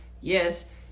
yes